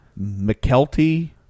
McKelty